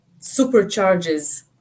supercharges